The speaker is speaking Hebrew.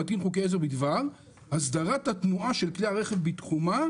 להטיל חוקי עזר בדבר הסדרת התנועה של כלי הרכב בתחומה,